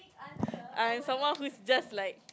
I'm someone who's just like